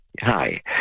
hi